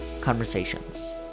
conversations